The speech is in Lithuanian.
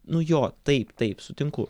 nu jo taip taip sutinku